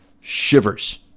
shivers